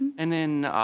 and then